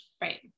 Right